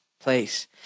place